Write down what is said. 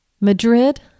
Madrid